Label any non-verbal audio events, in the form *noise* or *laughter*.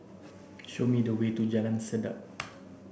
Show me the way to Jalan Sedap *noise*